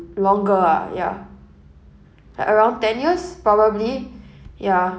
longer ah ya like around ten years probably ya